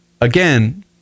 again